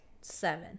seven